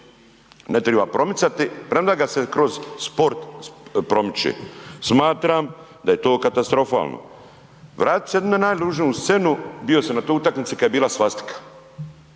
ne triba promicati, premda ga se kroz sport promiče. Smatram da je to katastrofalno. Vratit ću se na jednu najružniju scenu, bio sam na toj utakmici kad je bila svastika.